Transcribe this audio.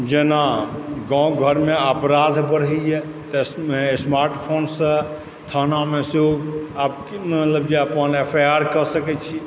जेना गाँव घरमे अपराध बढ़ै यऽ तऽ समार्टफोनसँ थानामे ऑनलाइन एफ आई आर कए सकैत छी